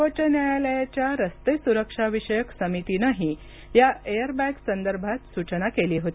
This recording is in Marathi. सर्वोच्च न्यायालयाच्या रस्ते सुरक्षाविषयक समितीनंही या एअर बॅग्जसंदर्भात सूचना केली होती